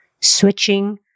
Switching